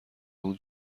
اون